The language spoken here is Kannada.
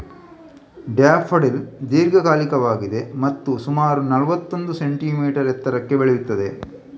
ಡ್ಯಾಫಡಿಲ್ ದೀರ್ಘಕಾಲಿಕವಾಗಿದೆ ಮತ್ತು ಸುಮಾರು ನಲ್ವತ್ತೊಂದು ಸೆಂಟಿಮೀಟರ್ ಎತ್ತರಕ್ಕೆ ಬೆಳೆಯುತ್ತದೆ